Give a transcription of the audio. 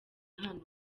hano